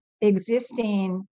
existing